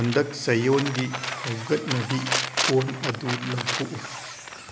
ꯍꯟꯗꯛ ꯆꯌꯣꯜꯒꯤ ꯍꯧꯒꯠꯅꯕꯤ ꯀꯣꯟ ꯑꯗꯨ ꯂꯧꯊꯣꯛꯎ